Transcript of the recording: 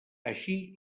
així